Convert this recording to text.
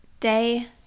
day